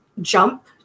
jump